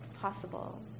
possible